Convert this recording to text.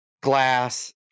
glass